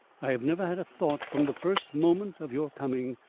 i have never had a thought from the first moment of your coming,